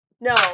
No